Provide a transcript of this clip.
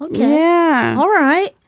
yeah. all right.